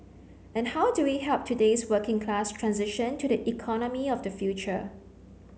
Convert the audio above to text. and how do we help today's working class transition to the economy of the future